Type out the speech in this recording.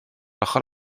ochr